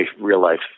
real-life